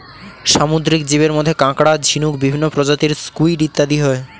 সামুদ্রিক জীবের মধ্যে কাঁকড়া, ঝিনুক, বিভিন্ন প্রজাতির স্কুইড ইত্যাদি হয়